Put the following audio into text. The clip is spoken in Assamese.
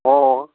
অঁ অঁ